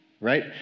Right